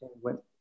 went